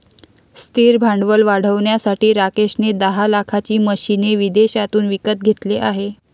स्थिर भांडवल वाढवण्यासाठी राकेश ने दहा लाखाची मशीने विदेशातून विकत घेतले आहे